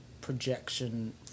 projection